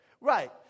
Right